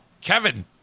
Kevin